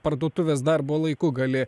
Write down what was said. parduotuvės darbo laiku gali